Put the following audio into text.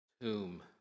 tomb